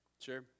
Sure